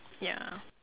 ya